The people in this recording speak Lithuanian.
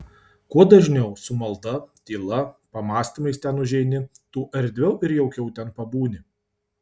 kuo dažniau su malda tyla pamąstymais ten užeini tuo erdviau ir jaukiau ten pabūni